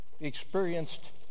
experienced